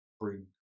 bring